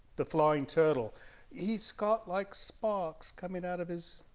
the flying turtle he's got like sparks coming out of his